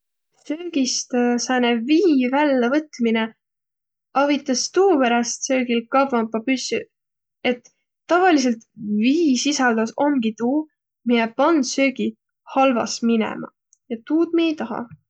Söögist sääne vii vällävõtminõ avitas tuuperäst söögil kavvamba püssüq, et tavalisõlt viisisaldus omgi tuu, miä pand söögi halvas minemä, ja tuud mi ei tahaq.